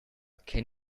can